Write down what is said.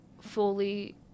fully